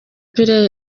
pierre